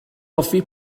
hoffi